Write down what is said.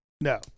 No